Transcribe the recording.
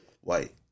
white